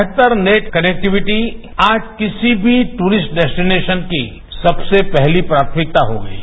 बेहतर net connectivity आज किसी भी ट्ररिस्ट डेस्टीनेशन की सबसे पहली प्राथमिकता होती है